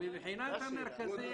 מבחינת המרכזים,